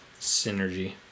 synergy